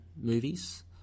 movies